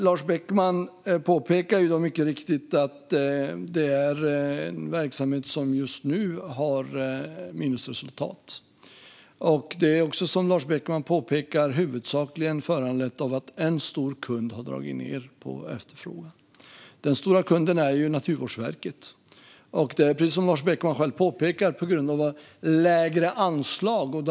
Lars Beckman påpekar mycket riktigt att det här är en verksamhet som just nu har minusresultat och att detta huvudsakligen är föranlett av att en stor kund har dragit ned på efterfrågan på grund av minskade anslag. Den stora kunden är Naturvårdsverket.